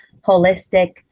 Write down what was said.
holistic